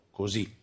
così